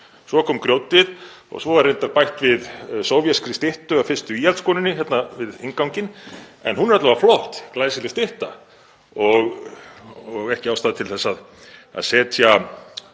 Svo kom grjótið og svo er reyndar bætt við sovéskri styttu af fyrstu íhaldskonunni hérna við innganginn, en hún er alla vega flott, glæsileg stytta og ekki ástæða til að að setja